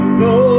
no